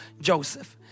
Joseph